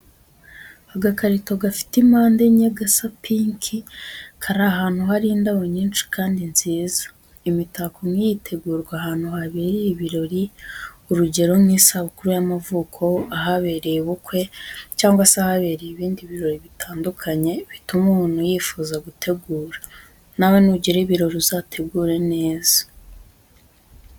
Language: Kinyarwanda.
Agakarito gafite impande enye, gasa pinki, kari ahantu hari indabo nyinshi kandi nziza, imitako nk'iyi itegurwa ahantu habereye ibirori urugero nkisabukuru y'amavuko, ahabereye ubukwe, cyangwa se ahabereye ibindi birori bitandukanye bituma umuntu yifuza gutegura. Nawe nugira ibirori uzategure neza.